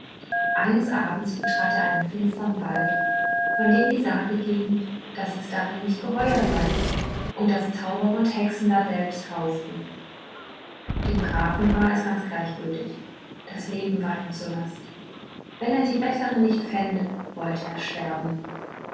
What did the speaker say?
eines abends betrat er einen finstern wald von dem die sage ging daß es darin nicht geheuer sei und daß zauberer und hexen daselbst hausten dem grafen war es ganz gleichgültig das leben war ihm zur last wenn er die bettlerin nicht fände wollte er sterben